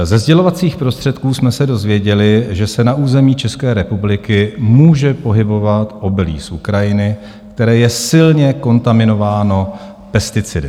Ze sdělovacích prostředků jsme se dozvěděli, že se na území České republiky může pohybovat obilí z Ukrajiny, které je silně kontaminováno pesticidy.